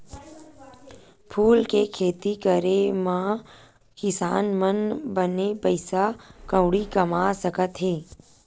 फूल के खेती करे मा किसान मन बने पइसा कउड़ी कमा सकत हे